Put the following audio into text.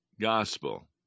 gospel